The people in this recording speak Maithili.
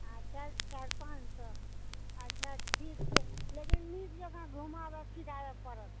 अच्छा चारि पाँच सए अच्छा ठीक छै लेकिन नीक जेकाँ घुमाएब फिराएब पड़त